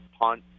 punt